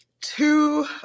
two